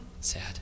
Sad